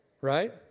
Right